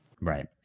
Right